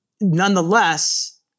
nonetheless